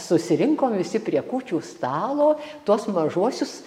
susirinkom visi prie kūčių stalo tuos mažuosius